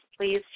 please